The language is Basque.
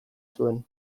zuen